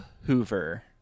Hoover